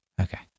Okay